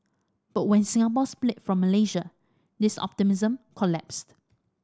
but when Singapore split from Malaysia this optimism collapsed